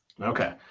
Okay